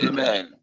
Amen